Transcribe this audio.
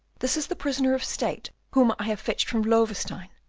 this is the prisoner of state whom i have fetched from loewestein,